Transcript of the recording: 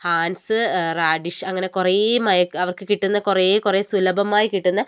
Hans റാഡിഷ് അങ്ങനെ കുറേ മയക്കു അവർക്ക് കിട്ടുന്ന കുറേ കുറേ സുലഭമായി കിട്ടുന്ന